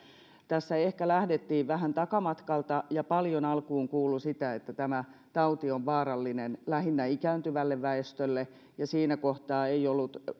tässä ehkä lähdettiin vähän takamatkalta ja paljon alkuun kuului sitä että tämä tauti on vaarallinen lähinnä ikääntyvälle väestölle ja siinä kohtaa ei ollut